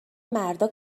مردا